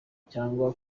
cyangwa